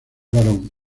varón